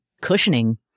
cushioning